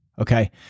Okay